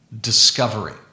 discovery